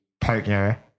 partner